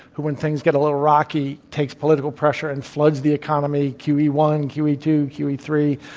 who when things get a little rocky takes political pressure and floods the economy q e one, q e two, q e three,